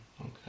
Okay